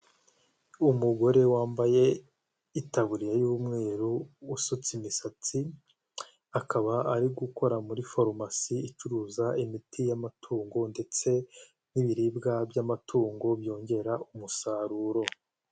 Umugore wambaye itaburiya y'umweru usutse imisatsi, akaba ari gukora muri farumasi icuruza imiti y'amatungo ndetse n'ibiribwa by'amatungo byongera umusaruro.